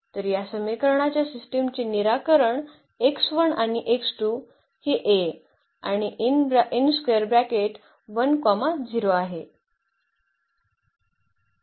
तर या समीकरणाच्या सिस्टमचे निराकरण आणि हे आणि आहे